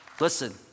Listen